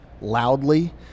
loudly